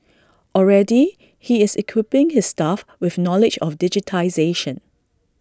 already he is equipping his staff with knowledge of digitisation